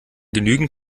genügend